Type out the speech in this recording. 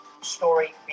story